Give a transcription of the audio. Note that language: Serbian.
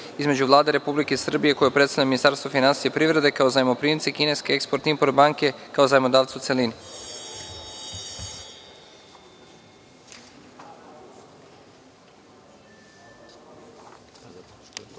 između Vlade Republike Srbije koju predstavlja Ministarstvo finansija i privrede, kao zajmoprimca i kineske Eksport - import banke, kao Zajmodavca, u celini. Molim